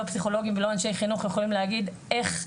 לא פסיכולוגים ולא אנשי חינוך יכולים להגיד איך,